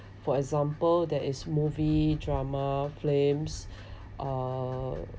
for example there is movie drama films uh